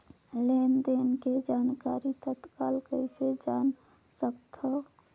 लेन देन के जानकारी तत्काल कइसे जान सकथव?